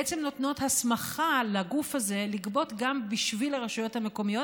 בעצם נותנות הסמכה לגוף הזה לגבות גם בשביל הרשויות המקומיות.